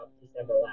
December